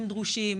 אם דרושים,